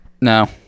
no